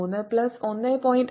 33 plus 1